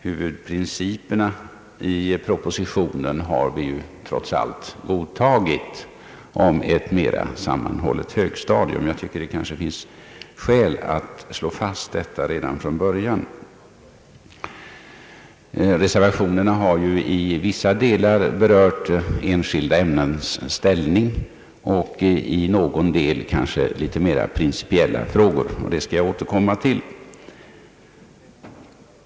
Huvudprinciperna i propositionen — om ett mera sammanhållet högstadium — har vi trots allt godtagit. Jag tycker att det finns skäl att fastslå detta redan från början. Reservationerna har i vissa delar berört enskilda ämnens ställning och i någon del mera principiella frågor, som jag skall återkomma till.